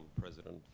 president